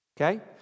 okay